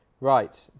Right